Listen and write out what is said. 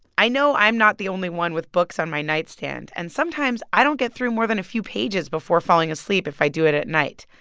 i know i'm not the only one with books on my nightstand. and sometimes, i don't get through more than a few pages before falling asleep if i do it at night.